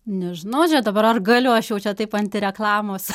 nežinau čia dabar ar galiu aš jau čia taip anti reklamos